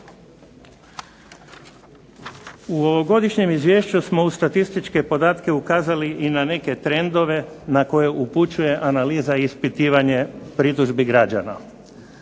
U ovogodišnjem izvješću smo u statističke podatke ukazali i na neke trendove na koje upućuje analiza ispitivanja pritužbi građana.